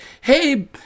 hey